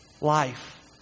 life